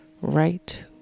right